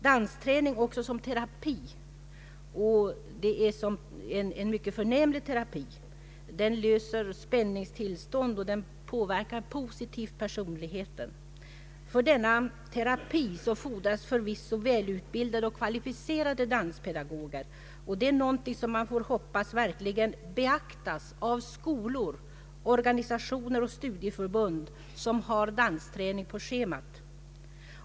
Dansträning också som terapi — och det är en mycket förnämlig terapi, som löser spänningstillstånd och positivt påverkar personligheten — fordrar förvisso välutbildade och kvalificerade danspedagoger, något som man får hoppas verkligen beaktas av skolor, organisationer och studieförbund som har dansträning på schemat.